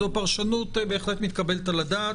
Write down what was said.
זאת פרשנות בהחלט מתקבלת על הדעת.